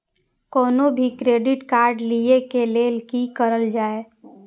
कोनो भी credit card लिए के लेल की करल जाय?